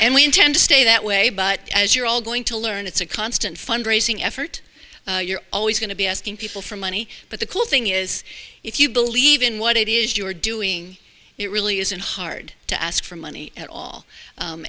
and we intend to stay that way but as you're all going to learn it's a constant fundraising effort you're always going to be asking people for money but the cool thing is if you believe in what it is you're doing it really isn't hard to ask for money at all